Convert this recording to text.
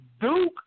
Duke